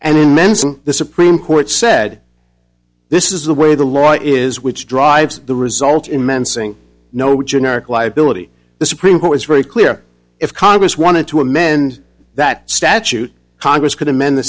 and menzel the supreme court said this is the way the law is which drives the result in men saying no generic liability the supreme court was very clear if congress wanted to amend that statute congress could amend the